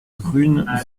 run